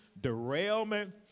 derailment